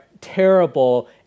terrible